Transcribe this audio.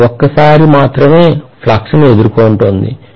ఇది ఒక్కసారి మాత్రమే ఫ్లక్స్ ను ఎదుర్కొంటోంది